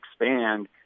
expand